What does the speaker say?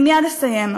אני מייד אסיים,